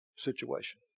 situation